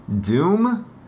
Doom